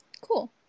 Cool